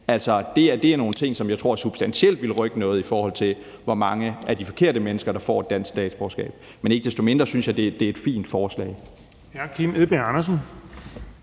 Altså, det er nogle ting, som jeg tror substantielt ville rykke noget, i forhold til hvor mange af de forkerte mennesker, der får et dansk statsborgerskab. Men ikke desto mindre synes jeg, det er et fint forslag.